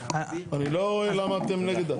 אני לא רואה למה אתם נגד.